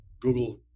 Google